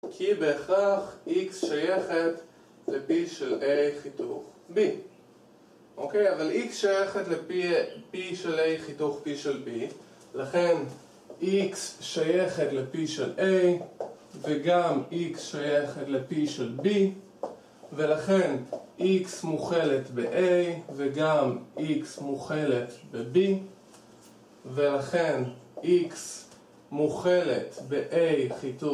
כי בהכרח x שייכת לפי של a חיתוך b. אוקיי, אבל x שייכת לפי, פי של a חיתוך p של b לכן x שייכת לפי של a וגם x שייכת לפי של b ולכן x מוכלת בa וגם x מוכלת בb ולכן x מוכלת בa חיתוך